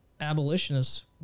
abolitionists